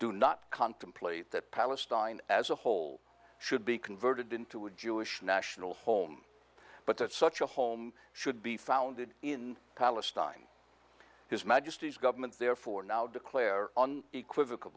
do not contemplate that palestine as a whole should be converted into a jewish national home but that such a home should be founded in palestine his majesty's government therefore now declare on